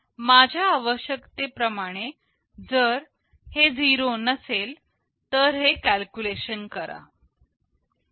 माझ्या आवश्यकते प्रमाणे जर हे 0 नसेल तर हे कॅल्क्युलेशन करा